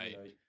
right